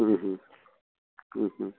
ହୁଁ ହୁଁ ହୁଁ ହୁଁ